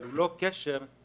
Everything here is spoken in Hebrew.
רק הוא לא קשר חד-חד-ערכי.